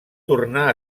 tornar